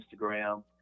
Instagram